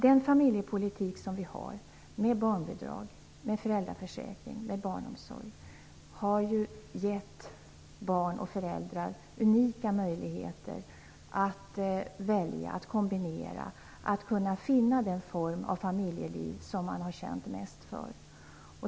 Den familjepolitik som vi har, med barnbidrag, föräldraförsäkring och barnomsorg, har ju gett barn och föräldrar unika möjligheter att välja, kombinera och finna den form av familjeliv som man har känt mest för.